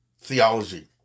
theology